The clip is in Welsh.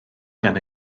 gan